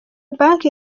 banke